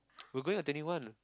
we're going on twenty one